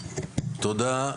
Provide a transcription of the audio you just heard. תודה.